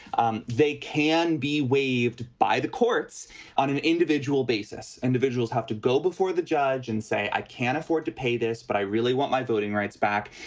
um they can be waived by the courts on an individual basis. individuals have to go before the judge and say, i can't afford to pay this, but i really want my voting rights back.